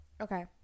okay